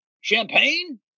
champagne